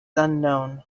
unknown